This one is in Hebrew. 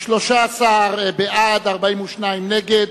13 בעד, 42 נגד,